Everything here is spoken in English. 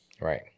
Right